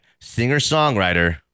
singer-songwriter